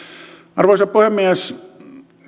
arvoisa puhemies